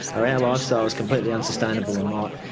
are our lifestyles completely unsustainable or not?